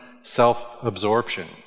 self-absorption